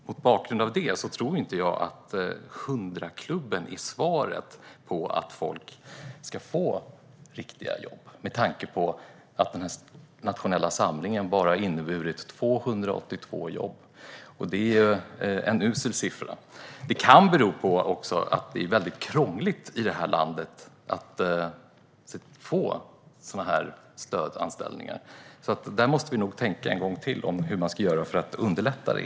Mot bakgrund av det tror inte jag att 100-klubben är svaret på hur folk ska få riktiga jobb med tanke på att den nationella samlingen bara har inneburit 282 jobb. Det är en usel siffra. Det kan också bero på att det är väldigt krångligt att få sådana här stödanställningar. Där måste vi nog tänka en gång till på hur man ska göra för att underlätta.